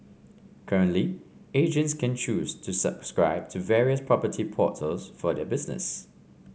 currently agents can choose to subscribe to various property portals for their business